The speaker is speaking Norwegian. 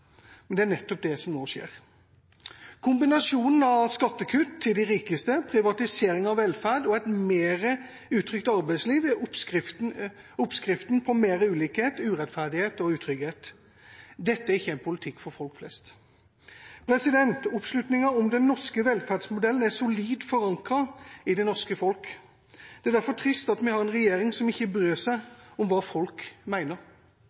men det er nettopp det som nå skjer. Kombinasjonen av skattekutt til de rikeste, privatisering av velferd og et mer utrygt arbeidsliv er oppskriften på mer ulikhet, urettferdighet og utrygghet. Dette er ikke en politikk for folk flest. Oppslutninga om den norske velferdsmodellen er solid forankret i det norske folk. Det er derfor trist at vi har en regjering som ikke bryr seg om hva folk